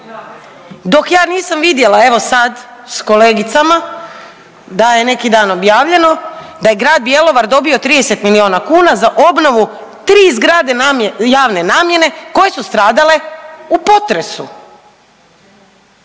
Dok ja nisam vidjela, evo sad, s kolegicama da je neki dan objavljeno da je Grad Bjelovar dobio 30 milijuna kuna za obnovu 3 zgrade javne namjene koje su stradale u potresu.